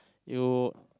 you